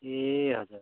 ए हजुर